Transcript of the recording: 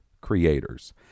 creators